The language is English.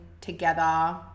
together